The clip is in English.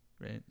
right